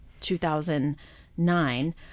2009